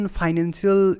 financial